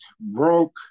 broke